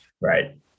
Right